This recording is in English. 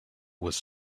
was